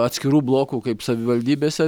atskirų blokų kaip savivaldybėse